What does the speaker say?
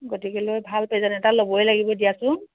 গতিকেলৈ ভাল প্ৰেজেন্ট এটা ল'বই লাগিব দিয়াচোন